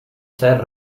ser